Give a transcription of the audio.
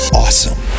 awesome